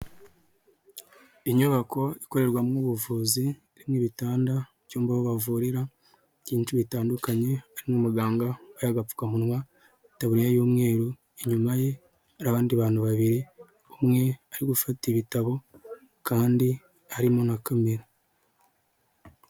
Inyubako ikorerwamo ubuvuzi n'ibitandakanye hari iyummba bavurira byinshi bitandukanye n'umuganga'agapfukamunwatabura y'umweru inyuma ye abandi bantu babiri umwe ari gufata igitabo kandi arimo na kamera.